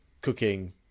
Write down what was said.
cooking